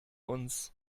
uns